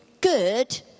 good